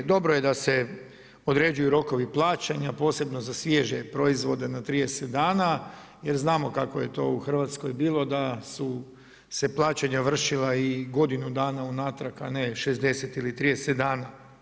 Dobro je da se određuju rokovi plaćanja, posebno za svježe proizvode na 30 dana jer znamo kako je to u Hrvatskoj bilo da su se plaćanja vršila i godinu dana unatrag a ne 60 ili 30 dana.